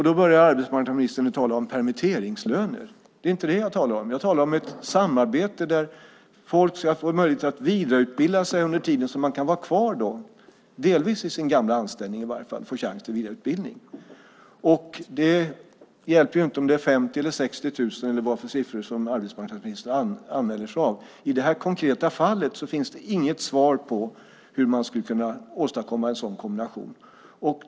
Då börjar arbetsmarknadsministern tala om permitteringslöner. Det är inte det jag talar om. Jag talar om ett samarbete så att folk ska få möjlighet att vidareutbilda sig under tiden som de kan vara kvar i sin gamla anställning, i alla fall delvis, och få chans till vidareutbildning. Det hjälper inte om det är 50 000, 60 000 eller vad det är för siffror som arbetsmarknadsministern använder sig av. I det här konkreta fallet finns det inget svar på hur man skulle kunna åstadkomma en sådan kombination.